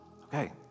okay